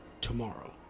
tomorrow